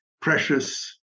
precious